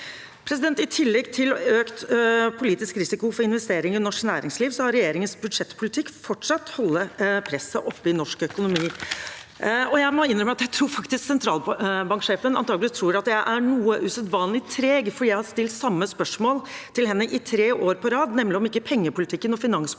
den har gitt økt politisk risiko for investeringer i norsk næringsliv, har regjeringens budsjettpolitikk fortsatt å holde presset oppe i norsk økonomi. Jeg må innrømme at jeg faktisk tror sentralbanksjefen antakelig tror at jeg er usedvanlig treg, for jeg har stilt samme spørsmål til henne i tre år på rad, nemlig om ikke pengepolitikken og finanspolitikken